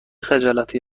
خجالتی